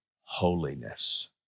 holiness